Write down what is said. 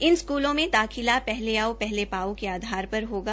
इन स्कूलो में दाखिला पहले आओ पहले पाओ के आधार पर होगा